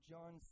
John